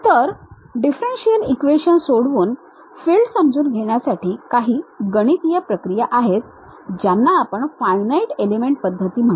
तर differential equation सोडवून field समजून घेण्यासाठी काही गणितीय प्रक्रिया आहेत ज्यांना आपण फायनाईट एलिमेंट पद्धती म्हणतो